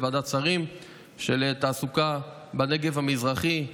לוועדת שרים של תעסוקה בנגב המזרחי,